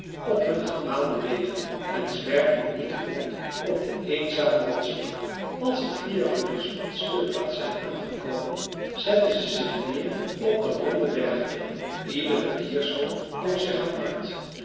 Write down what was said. op hun gebaande wegen en zwerven niet rond op de eenzame rotsvlakte als de viervoeters op de speelplaats zijn aangekomen zetten ze zich neer op de ronde bergtoppen iedere diersoort houdt zich apart